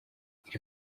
iri